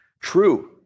true